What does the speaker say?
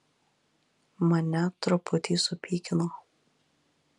mane truputį supykino